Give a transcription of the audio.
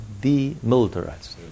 demilitarized